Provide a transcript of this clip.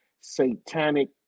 satanic